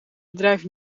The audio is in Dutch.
bedrijf